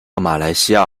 马来西亚